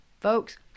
Folks